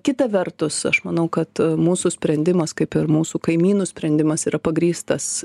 kita vertus aš manau kad mūsų sprendimas kaip ir mūsų kaimynų sprendimas yra pagrįstas